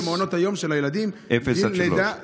מעונות היום של הילדים מגיל לידה, אפס עד שלוש.